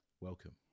Welcome